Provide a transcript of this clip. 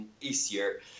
easier